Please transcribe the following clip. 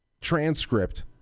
transcript